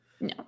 No